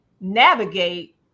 navigate